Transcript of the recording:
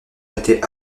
était